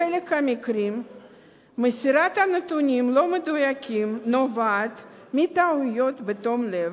בחלק מהמקרים מסירת נתונים לא מדויקים נובעת מטעויות בתום-לב.